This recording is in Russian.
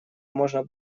можно